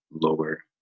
lower